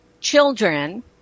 children